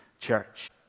Church